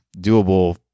doable